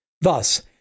Thus